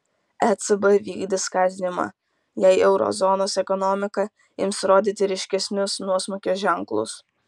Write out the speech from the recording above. ecb vykdys skatinimą jei euro zonos ekonomika ims rodyti ryškesnius nuosmukio ženklus